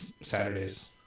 Saturdays